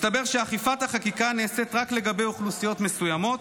מסתבר שאכיפת החקיקה נעשית רק על אוכלוסיות מסוימות,